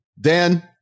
Dan